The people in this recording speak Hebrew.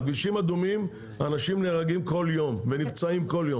בכבישים אדומים אנשים נהרגים כל יום ונפצעים כל יום.